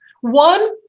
One